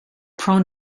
prone